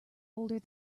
older